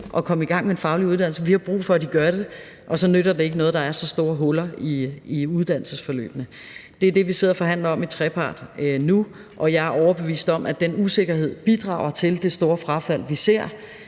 at komme i gang med en faglig uddannelse. Vi har brug for, at de gør det, og så nytter det ikke noget, at der er så store huller i uddannelsesforløbene. Det er det, vi sidder og forhandler om i trepart nu, og jeg er overbevist om, at den usikkerhed bidrager til det store frafald, vi ser